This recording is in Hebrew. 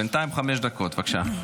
בינתיים חמש דקות, בבקשה.